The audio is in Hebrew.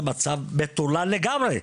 זה מצב מטורלל לגמרי,